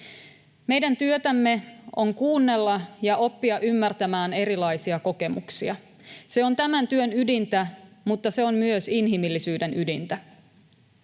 Meidän työtämme on kuunnella ja oppia ymmärtämään erilaisia kokemuksia. Se on tämän työn ydintä, mutta se on myös inhimillisyyden ydintä.